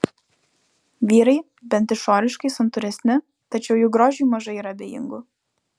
vyrai bent išoriškai santūresni tačiau juk grožiui mažai yra abejingų